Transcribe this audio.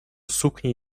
suknie